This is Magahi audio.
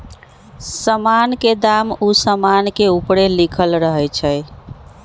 समान के दाम उ समान के ऊपरे लिखल रहइ छै